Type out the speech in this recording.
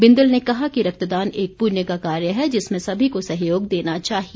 बिंदल ने कहा कि रक्तदान एक पुण्य का कार्य है जिसमें सभी को सहयोग देना चाहिए